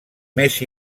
més